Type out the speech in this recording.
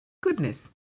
goodness